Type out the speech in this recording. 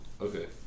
Okay